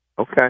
Okay